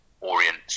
Orient